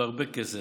הרבה כסף,